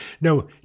no